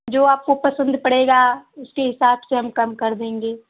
जो आपको पसंद पड़ेगा उसके हिसाब से